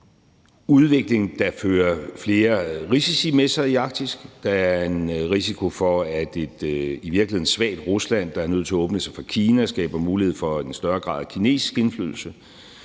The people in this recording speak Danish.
udvikling, der fører flere risici med sig i Arktis. Der er en risiko for, at et i virkeligheden svagt Rusland, der er nødt til at åbne sig for Kina, skaber mulighed for en højere grad af kinesisk indflydelse,